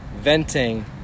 venting